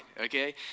okay